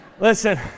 Listen